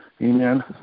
amen